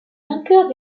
vainqueurs